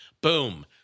Boom